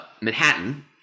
Manhattan